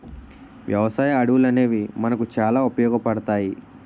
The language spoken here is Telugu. వ్యవసాయ అడవులనేవి మనకు చాలా ఉపయోగపడతాయి